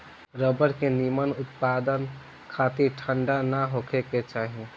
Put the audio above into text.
rubber के निमन उत्पदान खातिर ठंडा ना होखे के चाही